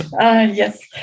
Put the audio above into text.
Yes